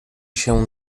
się